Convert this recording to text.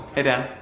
hey dan.